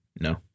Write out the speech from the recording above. No